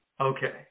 Okay